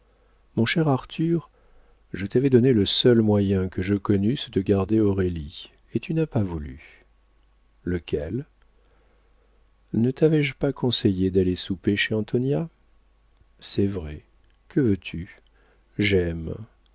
mon cher arthur je t'avais donné le seul moyen que je connusse de garder aurélie et tu n'as pas voulu lequel ne tavais je pas conseillé d'aller souper chez antonia c'est vrai que veux-tu j'aime